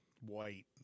white